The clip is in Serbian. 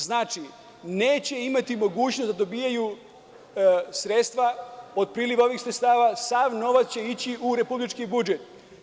Znači, neće imati mogućnosti da dobijaju sredstava od priliva ovih sredstava, već će sav novac ići u republički budžet.